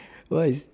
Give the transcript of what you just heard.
why